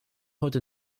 heute